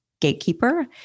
gatekeeper